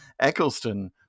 Eccleston